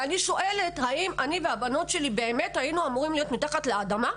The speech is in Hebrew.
אני שואלת: האם אני והבנות שלי באמת היינו אמורות להיות מתחת לאדמה?!